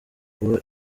kuba